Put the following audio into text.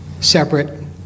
separate